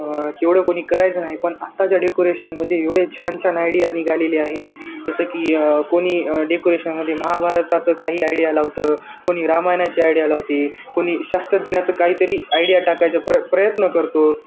तेवढं कोणी करायचं नाही पण आत्ताच्या डेकोरेशनमध्ये एवढे छान छान आयडिया निघालेले आहेत जसं की कोणी डेकोरेशनमध्ये महाभारताचं काही आयडिया लावतं कोणी रामायणाची आयडिया लावते कोणी शास्त्रज्ञाचं काहीतरी आयडिया टाकायचं प्र प्रयत्न करतो